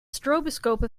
stroboscope